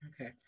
okay